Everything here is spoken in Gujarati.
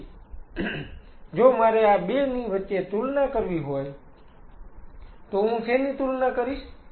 તેથી જો મારે આ 2 ની વચ્ચે તુલના કરવી હોય તો હું શેની તુલના કરીશ